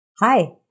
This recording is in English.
Hi